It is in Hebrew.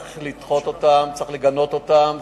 צריך לדחות אותם ולגנות אותם,